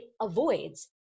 avoids